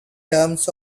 terms